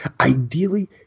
Ideally